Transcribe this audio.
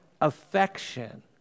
affection